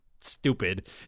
stupid